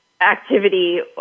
activity